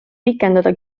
pikendada